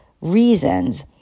reasons